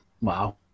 Wow